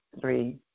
three